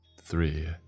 Three